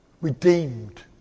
Redeemed